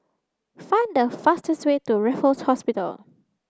find the fastest way to Raffles Hotel